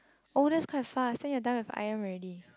oh that's quite fast then you're done with iron already